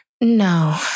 No